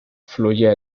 fluye